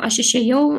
aš išėjau